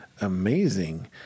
amazing